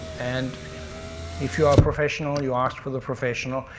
and if you are a professional, you ask for the professional,